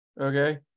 Okay